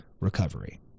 recovery